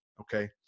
Okay